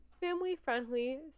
family-friendly